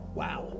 wow